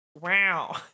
Wow